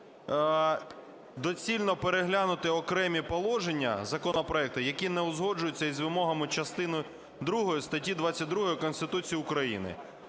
доцільно переглянути окремі положення законопроекту, які не узгоджуються з вимогами частини другої статті 22 Конституції України.